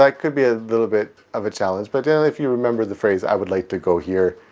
like could be a little bit of a challenge but generally if you remember the phrase, i would like to go here,